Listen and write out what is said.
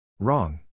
Wrong